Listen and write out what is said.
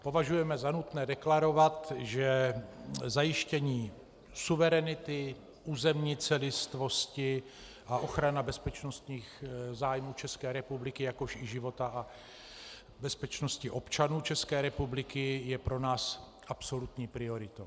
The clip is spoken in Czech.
Považujeme za nutné deklarovat, že zajištění suverenity, územní celistvosti a ochrana bezpečnostních zájmů České republiky, jakož i života a bezpečnosti občanů České republiky je pro nás absolutní prioritou.